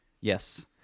Yes